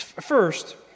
First